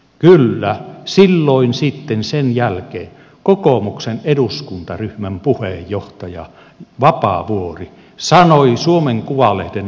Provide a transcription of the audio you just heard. kyllä silloin sitten sen jälkeen kokoomuksen eduskuntaryhmän puheenjohtaja vapaavuori sanoi suomen kuvalehden haastattelussa